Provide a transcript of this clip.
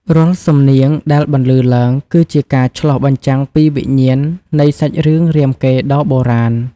រាល់សំនៀងដែលបន្លឺឡើង គឺជាការឆ្លុះបញ្ចាំងពីវិញ្ញាណនៃសាច់រឿងរាមកេរ្តិ៍ដ៏បុរាណ។